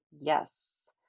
Yes